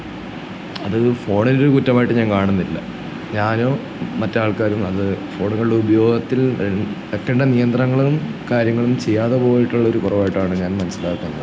അത് ഫോണിനൊരു കുറ്റമായിട്ട് ഞാൻ കാണുന്നില്ല ഞാനും മറ്റാൾക്കാരും അത് ഫോണുകളുടെ ഉപയോഗത്തിൽ എടുക്കണം എടുക്കണ്ട നിയന്ത്രണങ്ങളും കാര്യങ്ങളും ചെയ്യാതെ പോയിട്ടുള്ളൊരു കുറവായിട്ടാണ് ഞാൻ മനസ്സിലാക്കുന്നത്